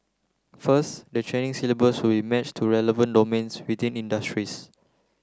first the training syllabus will match to relevant domains within industries